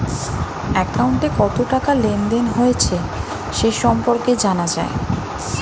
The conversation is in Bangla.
অ্যাকাউন্টে কত টাকা লেনদেন হয়েছে সে সম্পর্কে জানা যায়